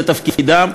זה תפקידם.